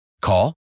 Call